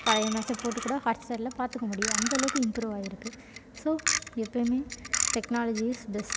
பழைய மேட்ச்சை போட்டுக் கூட ஹாட்ஸ்டாரில் பார்த்துக்க முடியும் அந்தளவுக்கு இம்ப்ரூவாகியிருக்கு ஸோ எப்போயுமே டெக்னாலஜி ஈஸ் பெஸ்ட்